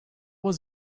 was